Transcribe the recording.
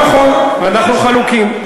לא נכון, אנחנו חלוקים.